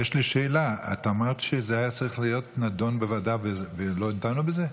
יש לי שאלה: את אמרת שזה היה צריך להיות נדון בוועדה ולא דנו בזה?